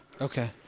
Okay